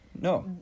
no